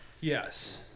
Yes